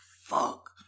fuck